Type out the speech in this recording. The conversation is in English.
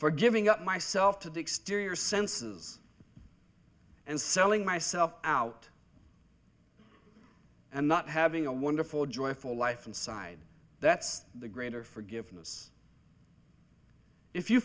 for giving up myself to the exterior senses and selling myself out and not having a wonderful joyful life inside that's the greater forgiveness if you